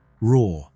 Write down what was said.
raw